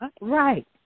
Right